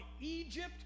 Egypt